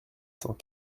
cent